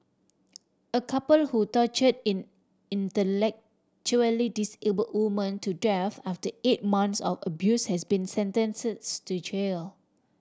a couple who torture in intellectually disable woman to death after eight months of abuse has been sentence to jail